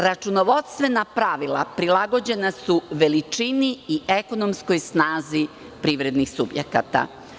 Računovodstvena pravila prilagođena su veličini i ekonomskoj snazi privrednih subjekata.